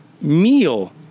meal